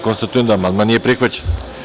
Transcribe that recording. Konstatujem da amandman nije prihvaćen.